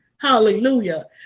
Hallelujah